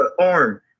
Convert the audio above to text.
arm